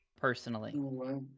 personally